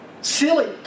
Silly